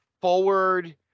forward